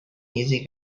easy